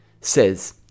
says